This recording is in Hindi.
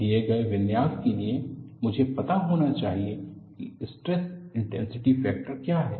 दिए गए विन्यास के लिए मुझे पता होना चाहिए कि स्ट्रेस इन्टेन्सिटी फ़ैक्टर्स क्या हैं